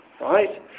right